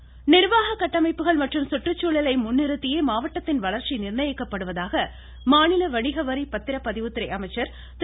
வீரமணி நிர்வாக கட்டமைப்புகள் மற்றும் சுற்றுகுழலை முன்னிறுத்தியே மாவட்டத்தின் வளர்ச்சி நிர்ணயிக்கப்படுவதாக மாநில வணிக வரி பத்திரப்பதிவுத்துறை அமைச்சர் திரு